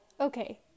Okay